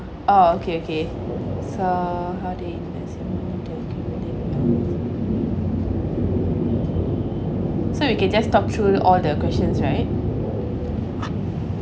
oh okay okay so how do you this so you can just talk through all the questions right